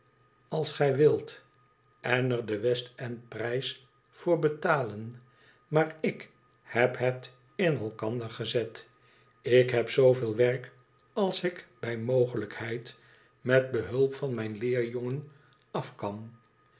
als gij wilt en er den west nd prijs voor betalen maar ik heb het in elkander gezet ik heb zooveel werk als ik bij mogelijkheid met behulp van mijn leerjongen af kan